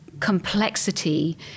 Complexity